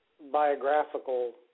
biographical